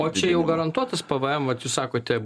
o čia jau garantuotaspvm vat jūs atsisakote